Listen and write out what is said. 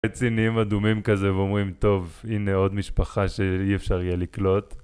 רצינים אדומים כזה ואומרים טוב הנה עוד משפחה שאי אפשר יהיה לקלוט